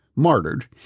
Martyred